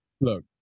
Look